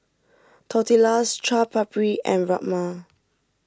Tortillas Chaat Papri and Rajma